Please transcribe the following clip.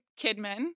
Kidman